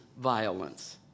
violence